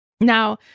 Now